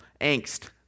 angst